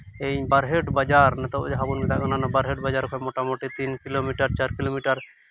ᱤᱧ ᱵᱟᱨᱦᱮᱴ ᱵᱟᱡᱟᱨ ᱱᱤᱛᱚᱜ ᱡᱟᱦᱟᱸ ᱵᱚᱱ ᱢᱮᱛᱟᱜ ᱠᱟᱱᱟ ᱯᱟᱨᱦᱮᱴ ᱵᱟᱡᱟᱨ ᱠᱷᱚᱱ ᱢᱳᱴᱟᱢᱩᱴᱤ ᱛᱤᱱ ᱠᱤᱞᱳ ᱢᱤᱴᱟᱨ ᱪᱟᱨ ᱠᱤᱞᱳ ᱢᱤᱴᱟᱨ